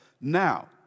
Now